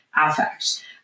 affect